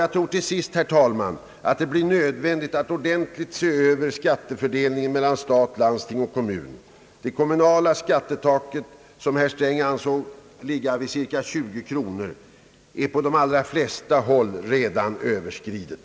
Jag tror till sist, herr talman, att det blir nödvändigt att ordentligt se över skattefördelningen mellan stat, landsting och kommun. Det kommunala skattetaket, som herr Sträng ansåg ligga på cirka 20 kronor, är på de allra flesta håll redan överskridet.